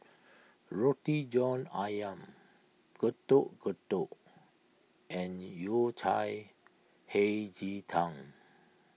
Roti John Ayam Getuk Getuk and Yao Cai Hei Ji Tang